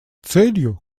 целью